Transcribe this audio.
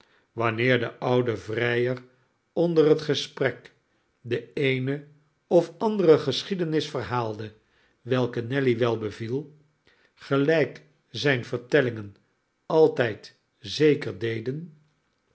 wanneer de oude vrijer onder het gesprek de eene of andere geschiedenis verhaalde welke nelly wel beviel gelijk zijne vertellingen altijd zeker deden